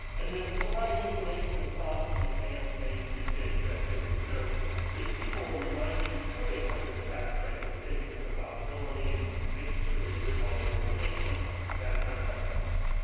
and then providing information and prompts in advance may increase savings activity. so if people are reminded before they come to the tax site that saving is a possibility and making sure they bring all their information that sometimes helps.